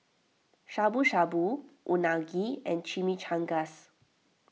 Shabu Shabu Unagi and Chimichangas